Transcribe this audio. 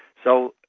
so,